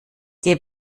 der